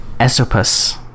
esopus